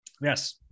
yes